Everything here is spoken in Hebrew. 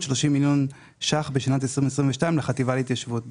30 מיליון ₪ בשנת 2022 לחטיבה להתיישבות.